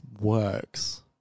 works